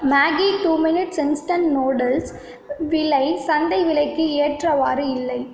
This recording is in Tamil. Maggi two minutes instant noodles விலை சந்தை விலைக்கு ஏற்றவாறு இல்லை